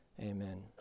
Amen